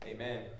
Amen